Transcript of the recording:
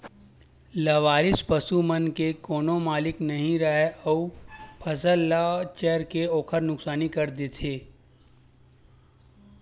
लवारिस पसू मन के कोनो मालिक नइ राहय अउ फसल ल चर के ओखर नुकसानी कर देथे